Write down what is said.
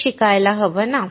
तेच शिकायला हवं ना